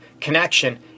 connection